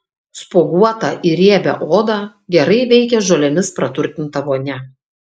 spuoguotą ir riebią odą gerai veikia žolėmis praturtinta vonia